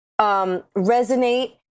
resonate